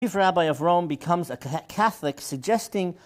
אם רבי רום תהיה קתולי, מבחינת...